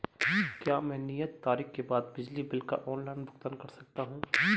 क्या मैं नियत तारीख के बाद बिजली बिल का ऑनलाइन भुगतान कर सकता हूं?